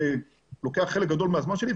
זה לוקח חלק גדול מהזמן שלי,